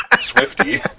Swifty